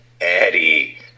Eddie